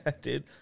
dude